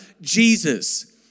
Jesus